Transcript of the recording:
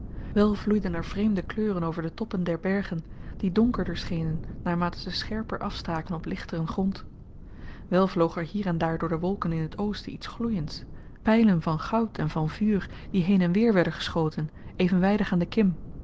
wel vloeiden er vreemde kleuren over de toppen der bergen die donkerder schenen naarmate ze scherper afstaken op lichteren grond wel vloog er hier en daar door de wolken in het oosten iets gloeiends pylen van goud en van vuur die heen-en-weer werden geschoten evenwydig aan de kim maar